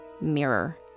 mirror